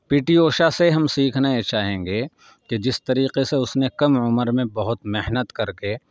پی T Usha سے ہم سیکھنا یہ چاہیں گے کہ جس طریقے سے اس نے کم عمر میں بہت محنت کر کے